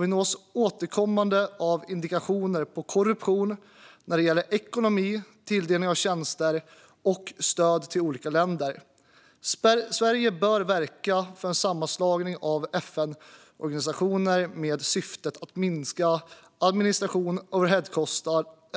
Vi nås av återkommande indikationer på korruption när det gäller ekonomi, tilldelning av tjänster och stöd till olika länder. Sverige bör verka för sammanslagningar av FN-organisationer med syftet att minska administration,